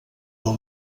del